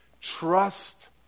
Trust